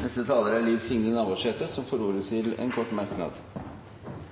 Representanten Liv Signe Navarsete har hatt ordet to ganger tidligere og får ordet til en kort merknad,